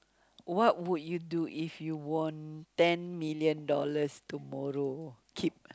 what would you do if you won ten million dollars tomorrow keep